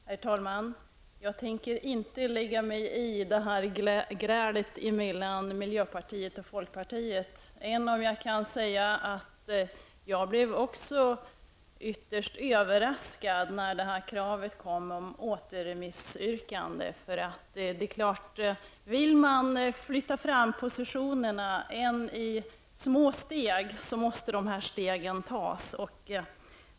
Herr talman! Jag tänker inte lägga mig i grälet mellan miljöpartiet och folkpartiet, även om jag kan säga att jag också blev ytterst överraskad när kravet på återremiss kom. Vill man flytta fram positionerna om än i små steg, måste dessa steg tas.